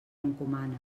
encomana